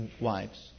wives